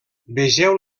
vegeu